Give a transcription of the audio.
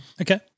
Okay